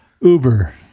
Uber